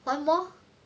one more